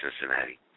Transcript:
Cincinnati